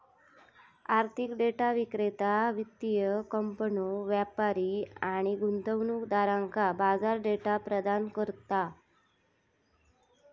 आर्थिक डेटा विक्रेता वित्तीय कंपन्यो, व्यापारी आणि गुंतवणूकदारांका बाजार डेटा प्रदान करता